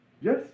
Yes